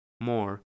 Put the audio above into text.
more